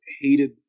hated